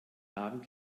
abend